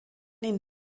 ihnen